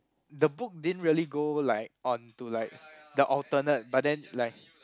the book didn't really go like on to like the alternate but then like